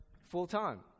full-time